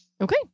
Okay